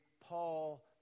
Paul